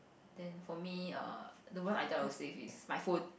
then for me err the one I think I will save is my phone